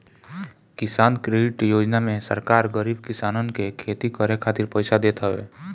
किसान क्रेडिट योजना में सरकार गरीब किसानन के खेती करे खातिर पईसा देत हवे